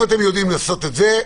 אם אתם יודעים לעשות את זה,